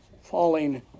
falling